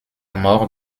mort